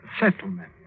Settlement